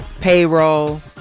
payroll